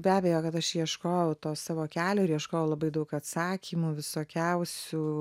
be abejo kad aš ieškojau to savo kelio ir ieškojau labai daug atsakymų visokiausių